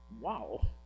Wow